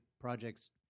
projects